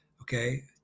okay